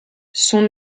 son